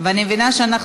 זהבה גלאון,